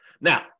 Now